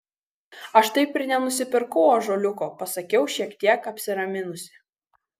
aš taip ir nenusipirkau ąžuoliuko pasakiau šiek tiek apsiraminusi